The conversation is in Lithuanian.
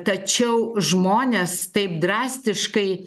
tačiau žmonės taip drastiškai